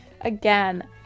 again